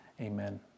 Amen